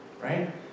right